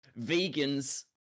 vegans